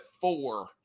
four